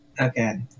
Okay